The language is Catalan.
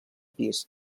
pis